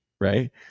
right